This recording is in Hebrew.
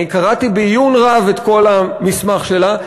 אני קראתי בעיון את כל המסמך שלה,